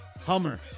Hummer